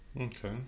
Okay